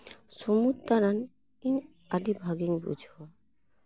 ᱥᱩᱢᱩᱫᱽ ᱫᱟᱬᱟᱱ ᱤᱧ ᱟᱹᱰᱤ ᱵᱷᱟᱜᱮᱧ ᱵᱩᱡᱷᱟᱹᱣᱟ